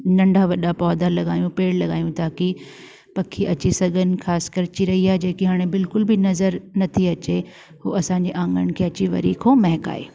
नंढा वॾा पौधा लॻायूं पेड़ लॻायूं ताकी पखी अची सघनि खास कर चिरइया जेकी हाणे बिल्कुल बि नज़र नथी अचे उहे असांजे आंगण खे अची वरी खां महकाए